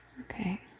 Okay